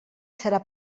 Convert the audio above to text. serà